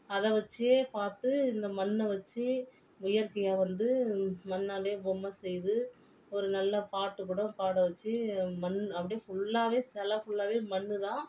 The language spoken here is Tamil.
அதை வச்சே பார்த்து இந்த மண்ணை வச்சு இயற்கையை வந்து மண்ணாலேயே பொம்மை செய்து ஒரு நல்ல பாட்டு கூடோ பாட வச்சு மண் அப்படியே ஃபுல்லாகவே செலை ஃபுல்லாகவே மண்ணுதான்